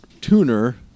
tuner